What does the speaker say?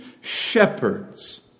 shepherds